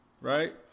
Right